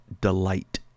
delight